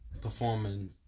performing